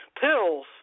pills